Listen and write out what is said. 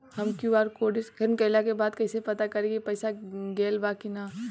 हम QR code scan कइला के बाद कइसे पता करि की पईसा गेल बा की न?